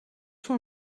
voor